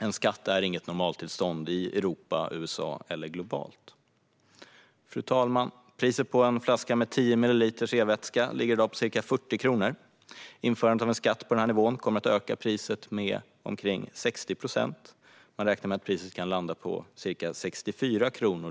En skatt är inget normaltillstånd i Europa, i USA eller globalt. Fru talman! Priset på en flaska med tio milliliter e-vätska ligger i dag på ca 40 kronor. Införandet av en skatt på denna nivå kommer att öka priset med omkring 60 procent; man räknar med att priset kan landa på ca 64 kronor.